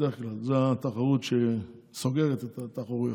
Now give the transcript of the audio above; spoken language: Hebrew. זאת התחרות שסוגרת את התחרויות.